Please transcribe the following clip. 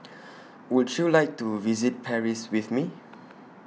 Would YOU like to visit Paris with Me